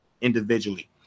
individually